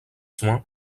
soins